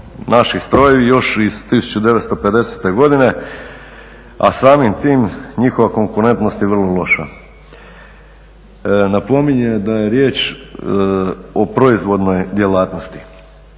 naši strojevi još iz 1950.-te godine a samim time njihova konkurentnost je vrlo loša. Napominjem da je riječ o proizvodnoj djelatnosti.